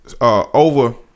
over